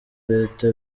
leta